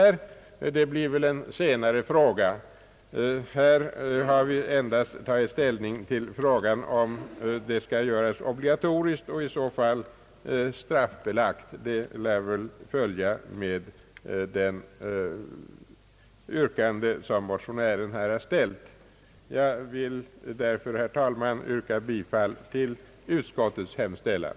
Det får väl ske senare. Nu har utskottet tagit ställning till frågan om skyldigheten att bära reflexanordning skall göras obligatorisk och i så fall straffbelagd — det lär väl följa med det yrkande som motionären har ställt. Jag ber med det anförda, herr talman, att få yrka bifall till utskottets hemställan.